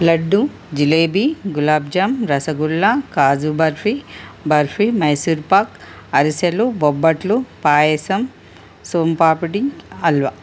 లడ్డు జిలేబీ గులాబ్జామ్ రసగుల్లా కాజు బర్ఫీ బర్ఫీ మైసూర్ పాక్ అరిసెలు బొబ్బట్లు పాయసం సోంపాపిడి హల్వా